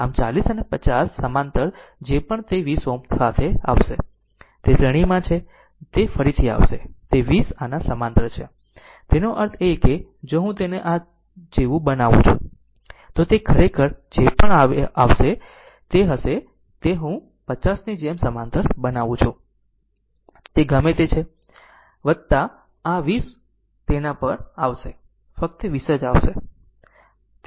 આમ 40 અને 50 સમાંતર જે પણ તે 20 Ω સાથે આવશે તે શ્રેણીમાં છે જે તે ફરીથી આવશે તે 30 આના સમાંતર છે તેનો અર્થ એ કે જો હું તેને આ જેવું બનાવું છું તો તે ખરેખર જે પણ આવે તે હશે તે હું 50 ની જેમ સમાંતર બનાવું છું તે ગમે તે છે આ 20 તેના પર આવશે ફક્ત 20 જ આવશે